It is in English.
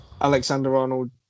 Alexander-Arnold